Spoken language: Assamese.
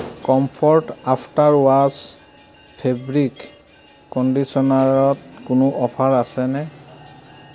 কম্ফৰ্ট আফ্টাৰ ৱাশ্ব ফেব্ৰিক কণ্ডিশ্যনাৰত কোনো অফাৰ আছেনে